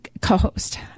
co-host